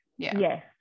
Yes